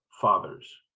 fathers